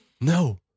no